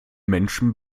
menschen